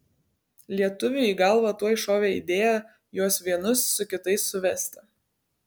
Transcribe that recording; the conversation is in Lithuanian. lietuviui į galvą tuoj šovė idėja juos vienus su kitais suvesti